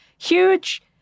huge